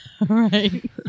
right